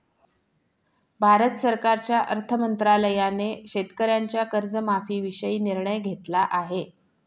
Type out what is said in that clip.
भारत सरकारच्या अर्थ मंत्रालयाने शेतकऱ्यांच्या कर्जमाफीविषयी निर्णय घेतला आहे